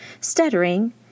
stuttering